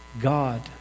God